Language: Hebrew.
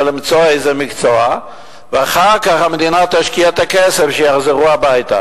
למצוא איזה מקצוע ואחר כך המדינה תשקיע את הכסף כדי שיחזרו הביתה?